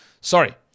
Sorry